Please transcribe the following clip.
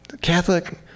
Catholic